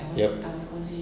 yup